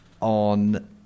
on